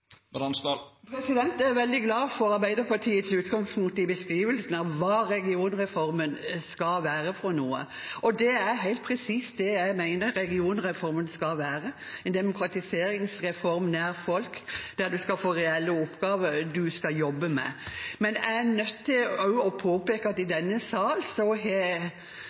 Jeg er veldig glad for Arbeiderpartiets utgangspunkt i beskrivelsen av hva regionreformen skal være. Det er helt presist det jeg mener regionreformen skal være – en demokratiseringsreform nær folk der man skal få reelle oppgaver å jobbe med. Men jeg er også nødt til å påpeke at i denne sal har det som har